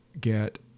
get